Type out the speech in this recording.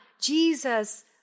Jesus